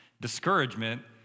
discouragement